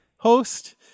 Host